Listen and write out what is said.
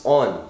on